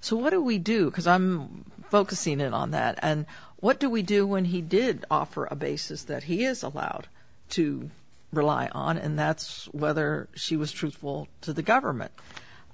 so what do we do because i'm focusing in on that and what do we do when he did offer a basis that he is allowed to rely on and that's whether she was truthful to the government